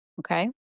Okay